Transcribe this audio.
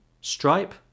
Stripe